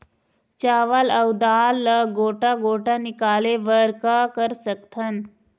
चावल अऊ दाल ला गोटा गोटा निकाले बर का कर सकथन?